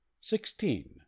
sixteen